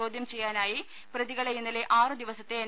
ചോദ്യം ചെയ്യാനായി പ്രതികളെ ഇന്നലെ ആറുദിവസത്തെ എൻ